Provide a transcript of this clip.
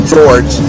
George